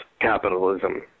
capitalism